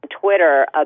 Twitter